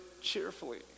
cheerfully